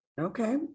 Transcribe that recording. okay